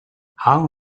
how